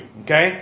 okay